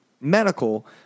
medical